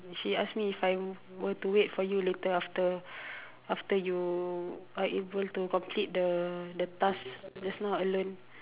she ask me if I'm were to wait for you later after after you are able to complete the the task just now alone